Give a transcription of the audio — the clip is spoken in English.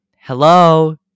hello